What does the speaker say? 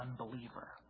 unbeliever